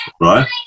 right